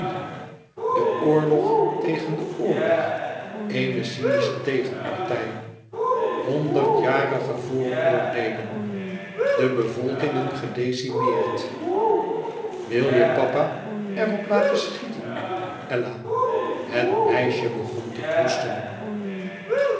de oorlog tegen den oorlog eene cynische tegenpartij honderdjarige vooroordeelen de bevolkingen gedecimeerd wil je papa er op laten schieten ella het meisje begon te proesten